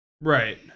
Right